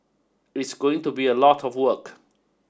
it's going to be a lot of work